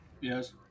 Yes